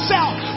South